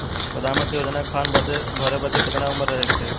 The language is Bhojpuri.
प्रधानमंत्री योजना के फॉर्म भरे बदे कितना उमर रहे के चाही?